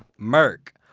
merk,